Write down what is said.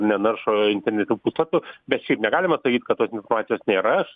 nenaršo internete puslapių bet šiaip negalima sakyt kad tos informacijos nėra aš